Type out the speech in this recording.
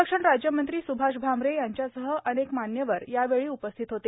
संरक्षण राज्यमंत्री स्भाष भामरे यांच्यासह अनेक मान्यवर यावेळी उपस्थित होते